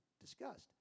discussed